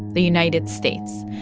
the united states.